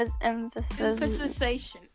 emphasis